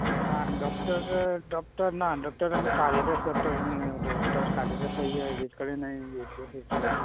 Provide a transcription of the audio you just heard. हां doctor doctor ना doctor आमी कालीदास डॉक्टर म्हण डॉक्टर कालीदास अय्या तेचे कडेन घेतले ट्रिटमेंट